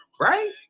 right